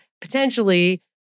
potentially